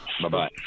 Bye-bye